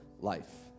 life